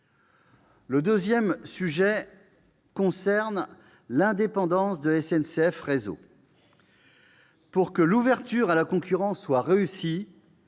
Le deuxième sujet concerne l'indépendance de SNCF Réseau. Pour que l'ouverture à la concurrence réussisse,